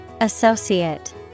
Associate